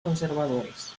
conservadores